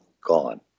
gone